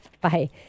Bye